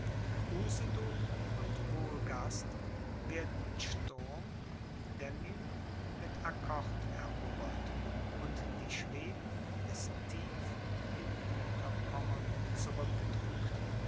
und wolgast werden mit sturm demmin mit accord erobert und die schweden bis tief in hinterpommern